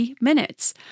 minutes